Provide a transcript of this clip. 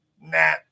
Nah